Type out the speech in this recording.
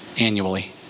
annually